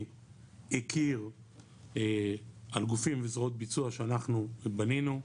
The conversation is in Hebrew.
הכיר על גופים וזרועות ביצוע שאנחנו בנינו,